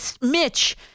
Mitch